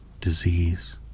disease